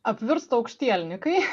apvirsta aukštielninkai